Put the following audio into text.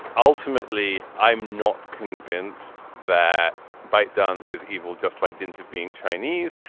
ultimately, i'm not convinced that bite duns is evil just by dint of being chinese,